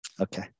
Okay